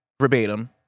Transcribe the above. verbatim